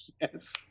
Yes